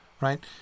right